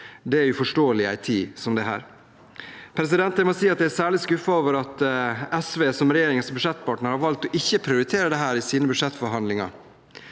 Det er uforståelig i en tid som denne. Jeg må si jeg er særlig skuffet over at SV som regjeringens budsjettpartner har valgt å ikke prioritere dette i sine budsjettforhandlinger.